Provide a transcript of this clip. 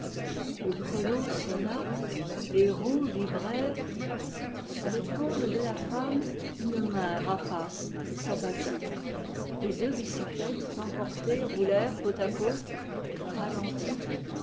le grelot sonna les roues vibrèrent sur l'épaule de la femme une main rapace s'abattit les deux bicyclettes emportées roulèrent côte à côte ralenties